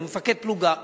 הוא מפקד פלוגה,